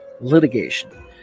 litigation